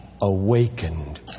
awakened